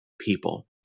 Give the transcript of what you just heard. people